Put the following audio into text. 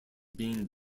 being